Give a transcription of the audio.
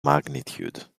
magnitude